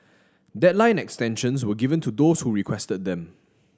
deadline extensions were given to those who requested them